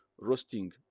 roasting